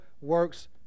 works